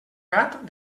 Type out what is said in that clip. gat